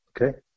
Okay